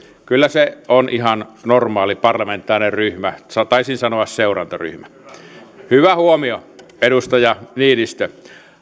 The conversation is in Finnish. kyllä se on ihan normaali parlamentaarinen ryhmä taisin sanoa seurantaryhmä hyvä huomio edustaja niinistö